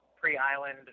pre-island